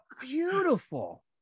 beautiful